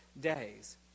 days